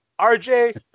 RJ